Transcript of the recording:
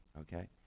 okay